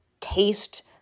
taste